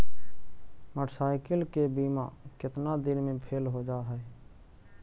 Motorcycle के बिमा केतना दिन मे फेल हो जा है?